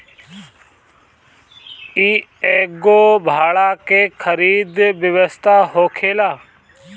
इ एगो भाड़ा के खरीद व्यवस्था होखेला